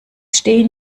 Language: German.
stehen